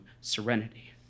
serenity